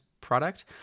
product